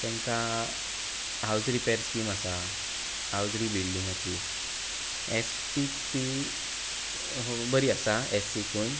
तांकां house repair scheme आसा house रिबिल्डीगाची एसटीक ती बरी आसा एससीकून